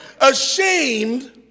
ashamed